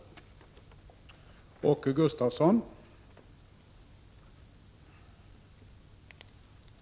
19 februari 1987